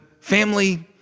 family